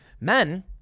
Men